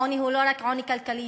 עוני הוא לא רק עוני כלכלי.